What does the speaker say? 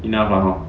enough lah hor